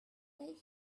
they